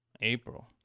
April